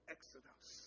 Exodus